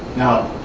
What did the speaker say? now,